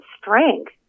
strength